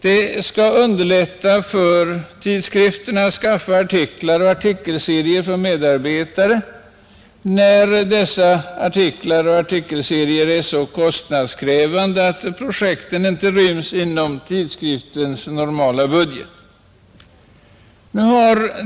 Det skall underlätta för tidskrifterna att skaffa artiklar och artikelserier från medarbetare när dessa artiklar och artikelserier är så kostnadskrävande att projekten inte ryms inom tidskriftens normala budget.